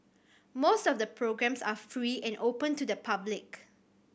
most of the programmes are free and open to the public